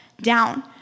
down